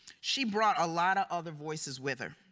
she brought a lot of other voices with her.